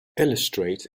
illustrate